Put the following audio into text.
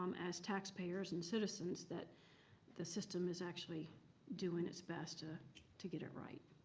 um as taxpayers and citizens, that the system is actually doing its best to to get it right.